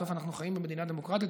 בסוף אנחנו חיים במדינה דמוקרטית,